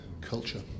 culture